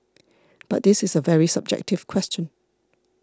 but this is a very subjective question